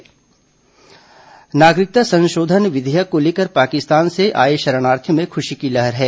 नागरिकता संशोधन विधेयक दुर्ग नागरिकता संशोधन विधेयक को लेकर पाकिस्तान से आए शरणार्थियों में खुशी की लहर है